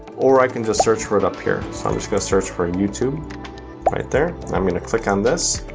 or i can just search for it up here. so i'm just gonna search for youtube right there. i'm gonna click on this.